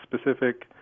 specific